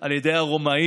על ידי הרומאים,